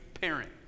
parent